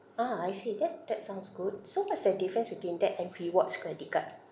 ah I see that that sounds good so what's the difference between that and rewards credit card